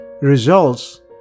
results